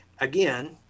again